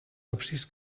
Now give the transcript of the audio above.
absis